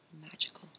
magical